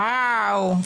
וואוו.